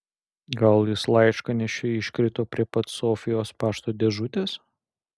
gal jis laiškanešiui iškrito prie pat sofijos pašto dėžutės